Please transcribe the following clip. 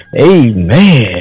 Amen